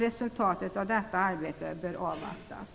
Resultatet av detta arbete bör avvaktas.